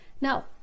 Now